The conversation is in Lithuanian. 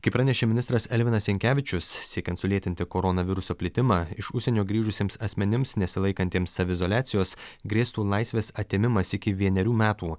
kaip pranešė ministras elvinas jankevičius siekiant sulėtinti koronaviruso plitimą iš užsienio grįžusiems asmenims nesilaikantiems saviizoliacijos grėstų laisvės atėmimas iki vienerių metų